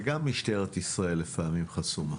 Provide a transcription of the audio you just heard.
וגם משטרת ישראל לפעמים חסומה.